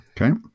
Okay